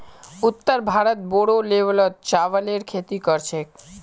उत्तर भारतत बोरो लेवलत चावलेर खेती कर छेक